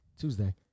Tuesday